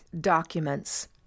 documents